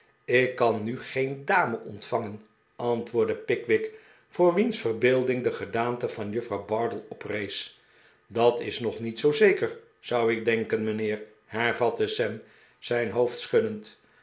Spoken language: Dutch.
ik kan nu geen dame ontvangen antwoordde pickwick voor wiens verbeelding de gedaante van juffrouw bardell oprees i at is nog niet zoo zeker zou ik denken mijnheer hervatte sam zijn hoofd schuddend